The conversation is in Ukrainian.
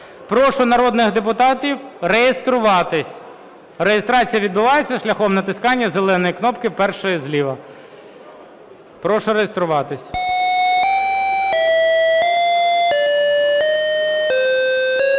Прошу народних депутатів реєструватись. Реєстрація відбувається шляхом натискання зеленої кнопки, першої зліва. Прошу реєструватись.